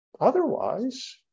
Otherwise